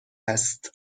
است